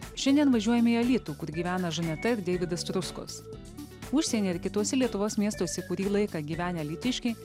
šiandien važiuojame į alytų kur gyvena žaneta ir deividas struckus užsieny ir kituose lietuvos miestuose kurį laiką gyvenę alytiškiai